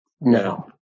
No